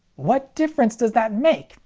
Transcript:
what difference does that make?